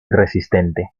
resistente